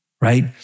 right